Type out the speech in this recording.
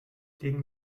gegen